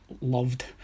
loved